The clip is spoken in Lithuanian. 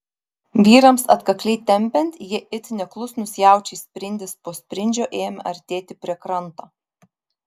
vyrams atkakliai tempiant jie it neklusnūs jaučiai sprindis po sprindžio ėmė artėti prie kranto